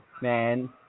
man